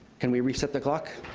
can we reset the clock?